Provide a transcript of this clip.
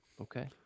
okay